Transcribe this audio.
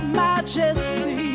majesty